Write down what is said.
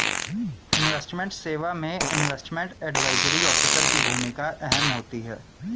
investment सेवा में investment advisory officer की भूमिका अहम होती है